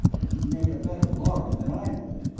he'd make a better lhari than i would.